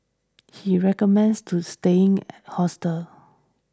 he recommends to staying at hostels